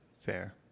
Fair